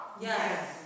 Yes